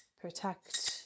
protect